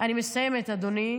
אני מסיימת, אדוני.